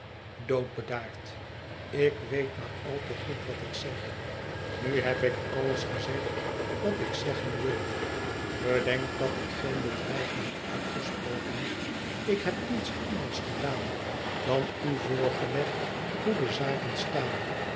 doodbedaard ik weet maar al te goed wat ik zeg nu heb ik alles gezegd wat ik zeggen wilde bedenk dat ik geen bedreiging heb uitgesproken ik heb niets anders gedaan dan u voorgelegd hoe de zaken staan